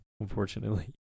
Unfortunately